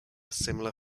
similar